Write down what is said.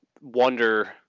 wonder